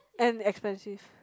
and expensive